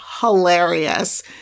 hilarious